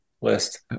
list